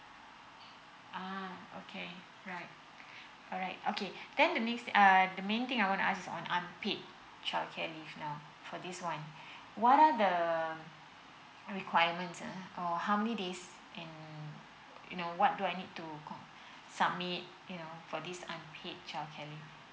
ah okay right alright okay then the main uh the main thing I wanna ask on unpaid childcare leave now for this one what are the requirements ah or how many days in you know what do I need to submit you know for this unpaid childcare leave